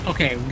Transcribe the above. Okay